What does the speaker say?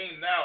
now